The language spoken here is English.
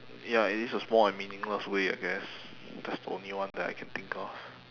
ya it is a small and meaningless way I guess that's the only one that I can think of